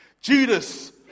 Judas